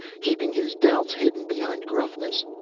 keeping his doubts hidden behind gruffness.